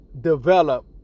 develop